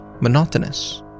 monotonous